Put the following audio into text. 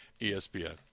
ESPN